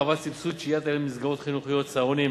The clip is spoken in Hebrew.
הרחבת סבסוד שהיית ילדים במסגרות חינוכיות: צהרונים,